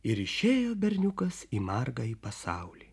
ir išėjo berniukas į margąjį pasaulį